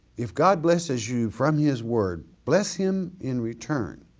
if god blesses you from his word bless him in return,